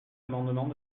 amendement